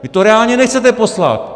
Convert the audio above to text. Vy to reálně nechcete poslat.